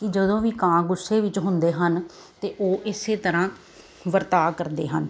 ਕਿ ਜਦੋਂ ਵੀ ਕਾਂ ਗੁੱਸੇ ਵਿੱਚ ਹੁੰਦੇ ਹਨ ਅਤੇ ਉਹ ਇਸੇ ਤਰ੍ਹਾਂ ਵਰਤਾਅ ਕਰਦੇ ਹਨ